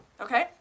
okay